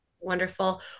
Wonderful